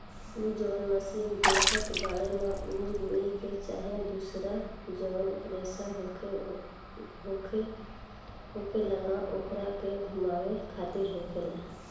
उ जौन मशीन देखत बाड़े न उ रुई के चाहे दुसर जौन रेसा होखेला न ओकरे के घुमावे खातिर होखेला